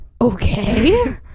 Okay